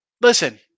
listen